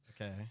Okay